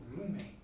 roommate